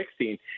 2016